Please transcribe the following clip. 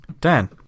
Dan